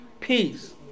peace